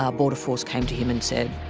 ah border force came to him and said,